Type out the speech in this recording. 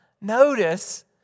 Notice